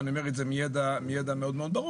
ואני אומר את זה מידע מאוד ברור.